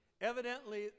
evidently